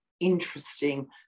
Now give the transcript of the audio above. interesting